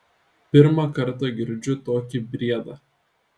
pirmą kartą girdžiu tokį briedą